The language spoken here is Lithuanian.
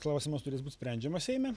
klausimas turės būt sprendžiama seime